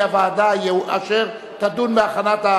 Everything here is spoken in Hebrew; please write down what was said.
לא בא בחשבון.